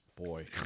Boy